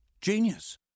Genius